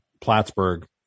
Plattsburgh